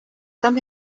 dann